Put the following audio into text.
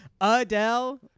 Adele